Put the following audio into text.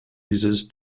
users